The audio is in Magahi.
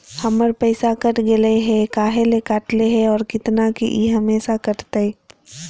हमर पैसा कट गेलै हैं, काहे ले काटले है और कितना, की ई हमेसा कटतय?